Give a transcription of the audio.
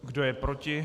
Kdo je proti?